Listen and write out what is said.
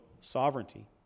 sovereignty